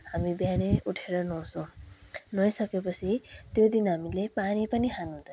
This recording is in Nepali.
हामी बिहानै उठेर नुहाउँछौँ नुहाइसकेपछि त्यो दिन हामीले पानी पनि खानु हुँदैन